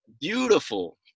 beautiful